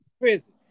prison